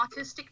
autistic